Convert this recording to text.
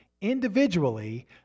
individually